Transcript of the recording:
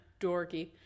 dorky